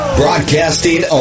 broadcasting